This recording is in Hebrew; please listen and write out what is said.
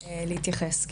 להתייחס.